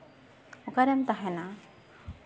ᱚᱠᱟᱨᱮᱢ ᱛᱟᱦᱮᱱᱟ